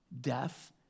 death